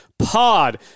Pod